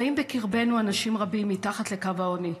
חיים בקרבנו אנשים רבים מתחת לקו העוני,